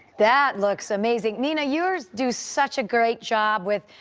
that looks amazing nina years do such a great job with.